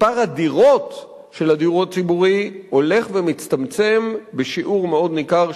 מספר הדירות של הדיור הציבורי הולך ומצטמצם בשיעור מאוד ניכר,